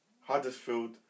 Huddersfield